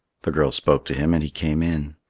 the girl spoke to him and he came in.